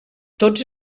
tots